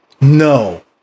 no